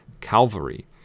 Calvary